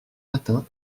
matin